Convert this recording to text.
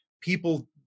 People